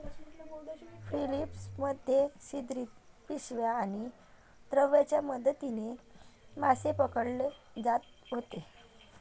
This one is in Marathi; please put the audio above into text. फिलीपिन्स मध्ये छिद्रित पिशव्या आणि दिव्यांच्या मदतीने मासे पकडले जात होते